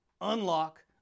unlock